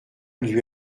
lui